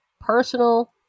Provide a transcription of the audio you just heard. personal